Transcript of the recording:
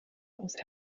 aus